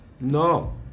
no